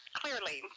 clearly